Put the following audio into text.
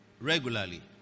regularly